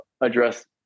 address